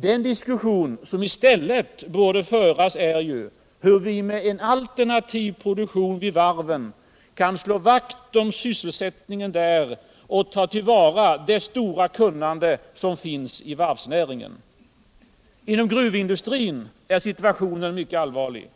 Den diskussion som i stället bör föras är hur vi med en alternativ produktion vid varven kan slå vakt om sysselsättningen där och ta till vara det stora kunnande som finns i varvsnäringen. Inom gruvindustrin är situationen mycket allvarlig.